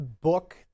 book